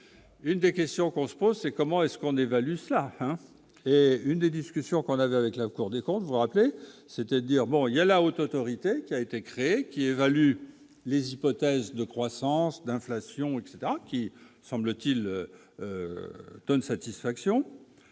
Une des questions qu'on se pose, c'est comment est-ce qu'on évalue cela une des discussions qu'on avait avec la Cour des comptes vous rappeler, c'est-à-dire bon il y a la Haute autorité qui a été créée, qui évalue les hypothèses de croissance, d'inflation, etc qui, semble-t-il, donne satisfaction